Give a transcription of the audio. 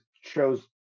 shows